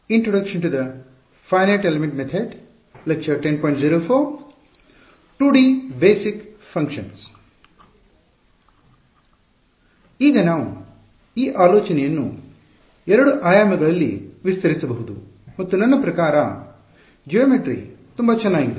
ಈಗ ನಾವು ಈ ಆಲೋಚನೆಯನ್ನು ಎರಡು ಆಯಾಮಗಳಲ್ಲಿ ವಿಸ್ತರಿಸಬಹುದು ಮತ್ತು ನನ್ನ ಪ್ರಕಾರ ಜ್ಯಾಮಿತಿಜೆಯೊಮೆಟ್ರಿ ತುಂಬಾ ಚೆನ್ನಾಗಿದೆ